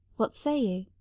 what say you?